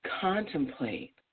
contemplate